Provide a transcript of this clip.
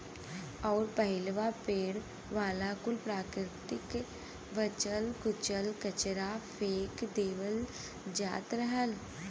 अउर पहिलवा पड़े वाला कुल प्राकृतिक बचल कुचल कचरा फेक देवल जात रहल